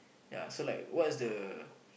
ya so like what's the